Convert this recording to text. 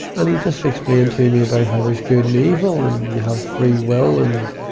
and he just explained to me but how there's good and evil, and you have free will, and,